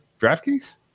DraftKings